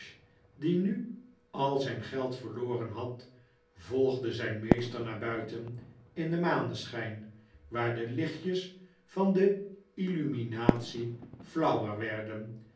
die nu al zijn geld verloren had volgde zijn meester naar buiten in den maneschijn waar de lichtjes van de illuminatie flauwer werden